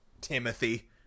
Timothy